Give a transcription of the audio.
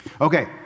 Okay